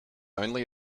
only